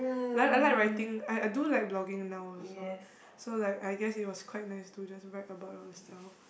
like I like writing I I do like blogging now also so like I guess it was quite nice to just write about yourself